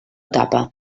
tapa